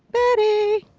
betty!